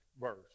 verse